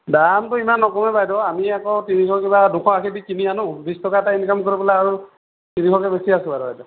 দামটো ইমান নকমে বাইদেউ আমি আকৌ তিনিশ টকা দুইশ আশী কিনি আনোঁ বিশ টকা এটা ইনকাম কৰিবলৈ আৰু তিনিশকৈ বেছি আছোঁ আৰু বাইদেউ